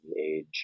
age